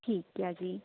ਠੀਕ ਆ ਜੀ